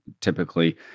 typically